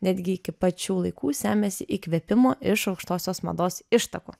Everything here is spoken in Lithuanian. netgi iki pačių laikų semiasi įkvėpimo iš aukštosios mados ištakų